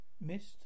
Missed